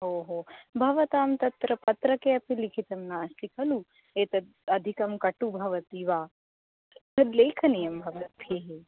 ओ हो भवतां तत्र पत्रके अपि लिखितं नास्ति खलु एतद् अधिकं कटुः भवति वा तद् लेखनीयं भवद्भिः